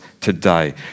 today